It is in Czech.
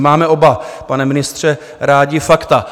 Máme oba, pane ministře, rádi fakta.